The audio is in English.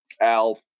Al